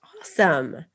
Awesome